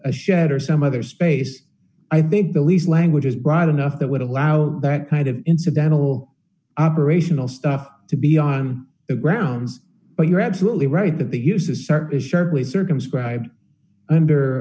a shared or some other space i think the least language is broad enough that would allow that kind of incidental operational stuff to be on the grounds but you're absolutely right that the use of start is sharply circumscribed under